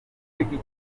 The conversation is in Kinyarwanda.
amenyo